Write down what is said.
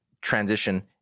transition